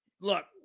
look